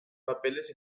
papeles